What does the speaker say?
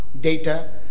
data